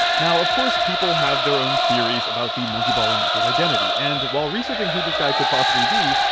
now, of course people have their own theories about the monkey ball announcer's identity, and while researching who this guy could possibly be,